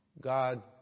God